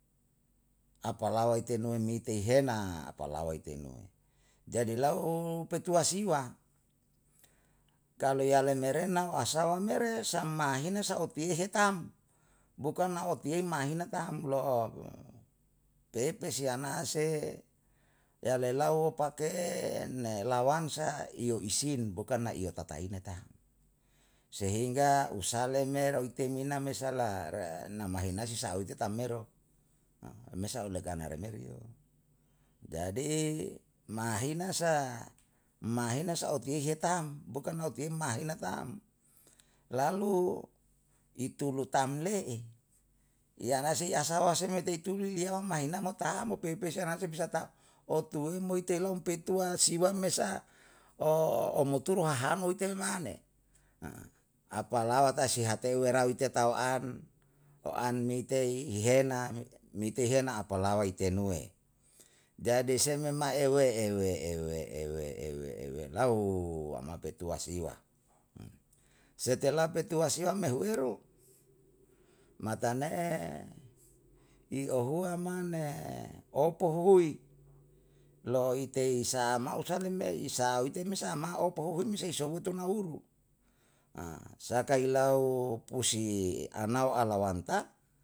Apalawa ite nunitei hena, apalawa ite nu. Jadi lau petua siwa, kalu yale merena wasawa mere sam mahina sa'upi hetam, bukan na opiyei mahina tamlo'o. pepese anase yale lau pake ne lawansa iyo isin bukan na iyo tatain na ta. Sehingga usalle me utimina me sala ra na mahina si saute tameru. mesa ule karna meriyo. Jadi mahinasa, mahinasa opiyei he tam bukan opiyei mahina tam lalu i tulu tam le'e yana si asawa se me tei tulyom maena mo taam pei pe sena te bisa tau. Otue moi tela um petua siwam me sa o muturu hahano ite mane. apalawa tai si hatewe rawi tiyae tau an. O an me tei i hena, mi teihena apalawa i tenue, jadi seme mai ewe ewe ewe ewe ewe ewe lau wama petua siwa, setelah petua siwa me hu eru, mata ne'e i ohuwa mane opo huwoi, lo ite sa'a mau isale me i sa'a oite sa ma opohuhuin me sei isohute na ulu. saka i lau pusi anau alawan ta